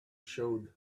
showed